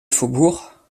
faubourgs